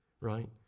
right